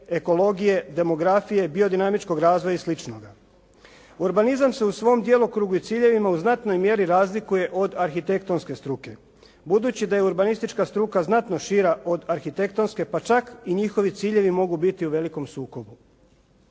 ekologije, demografije, biodinamičkog razvoja i sl. Urbanizam se u svom djelokrugu i ciljevima uz znatnoj mjeri razlikuje od arhitektonske struke. Budući da je urbanistička struka znatno šira od arhitektonske pa čak i njihovi ciljevi mogu biti u velikom sukobu.